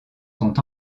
sont